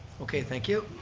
okay, thank you.